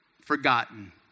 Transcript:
forgotten